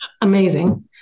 amazing